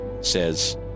says